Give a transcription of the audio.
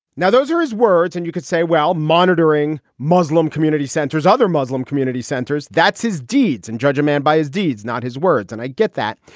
now, those are his words. and you could say, well, monitoring muslim community centers, other muslim community centers. that's his deeds. and judge a man by his deeds, not his words. and i get that.